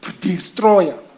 destroyer